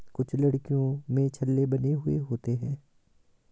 कुछ लकड़ियों में छल्ले बने हुए होते हैं